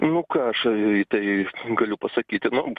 nu ką aš į tai galiu pasakyti nu